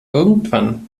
irgendwann